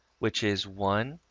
which is one,